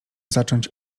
zacząć